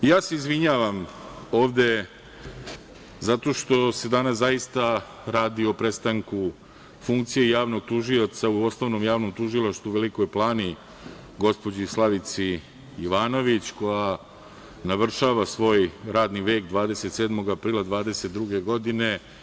Izvinjavam se ovde, zato što se danas, zaista, radi o prestanku funkcije Javnog tužioca u Osnovnom javnom tužilaštvu u Velikoj Plani, gospođi Slavici Jovanović, koja navršava svoj radni vek 27. aprila 2022. godine.